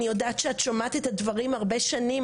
אני יודעת שאת שומעת את הדברים הללו כבר הרבה שנים,